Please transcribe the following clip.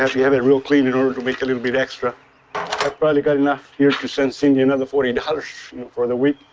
have to have it real clean in order to make a little bit extra. i probably got enough here to send cindy another forty dollars for the week.